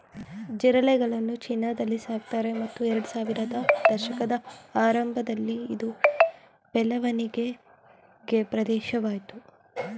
ಜಿರಳೆಗಳನ್ನು ಚೀನಾದಲ್ಲಿ ಸಾಕ್ತಾರೆ ಮತ್ತು ಎರಡ್ಸಾವಿರದ ದಶಕದ ಆರಂಭದಲ್ಲಿ ಇದು ಬೆಳವಣಿಗೆ ಪ್ರದೇಶವಾಯ್ತು